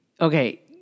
Okay